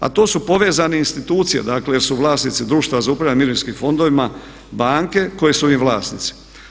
A to su povezane institucije dakle jer su vlasnici društva za upravljanje mirovinskim fondovima banke koje su im vlasnici.